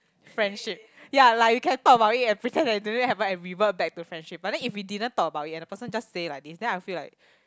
friendship yea like we can talk about it and pretend that it didn't happen and revert back to friendship but then if we didn't talk about it and the person just say like this then I feel like